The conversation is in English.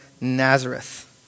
Nazareth